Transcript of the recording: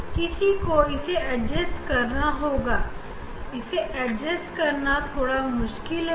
किसी को इसे एडजेस्ट करना होगा जो कि थोड़ा मुश्किल है